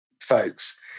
folks